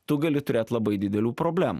tu gali turėt labai didelių problemų